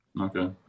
Okay